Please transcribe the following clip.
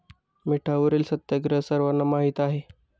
मिठावरील सत्याग्रह सर्वांना माहीत आहे